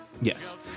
Yes